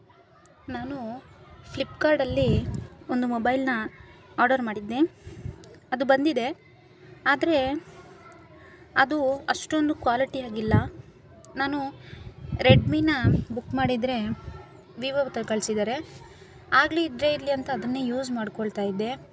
ನಾನು ಫ್ಲಿಪ್ಕಾರ್ಡಲ್ಲಿ ಒಂದು ಮೊಬೈಲನ್ನ ಆರ್ಡರ್ ಮಾಡಿದ್ದೆ ಅದು ಬಂದಿದೆ ಆದರೆ ಅದು ಅಷ್ಟೊಂದು ಕ್ವಾಲಿಟಿ ಆಗಿಲ್ಲ ನಾನು ರೆಡ್ಮಿನ ಬುಕ್ ಮಾಡಿದ್ರೇ ವಿವೋ ತ ಕಳಿಸಿದ್ದಾರೆ ಆಗಲಿ ಇದ್ದರೆ ಇರಲಿ ಅಂತ ಅದನ್ನೇ ಯೂಸ್ ಮಾಡಿಕೊಳ್ತಾ ಇದ್ದೆ